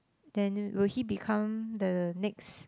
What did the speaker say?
then will he become the next